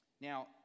Now